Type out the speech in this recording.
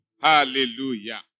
Hallelujah